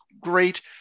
great